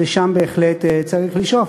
ולשם בהחלט צריך לשאוף.